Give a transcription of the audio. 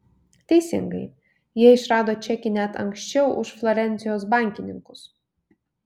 teisingai jie išrado čekį net anksčiau už florencijos bankininkus